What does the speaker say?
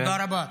תודה רבה.